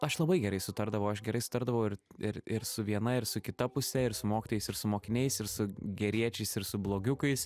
aš labai gerai sutardavau aš gerai sutardavau ir ir ir su viena ir su kita puse ir su mokytojais ir su mokiniais ir su geriečiais ir su blogiukais